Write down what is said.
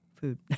food